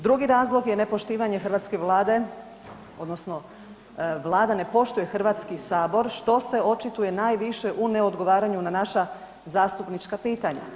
Drugi razlog je nepoštivanje hrvatske Vlade, odnosno Vlada ne poštuje Hrvatski sabor, što se očituje najviše u neodgovaranju na naša zastupnička pitanja.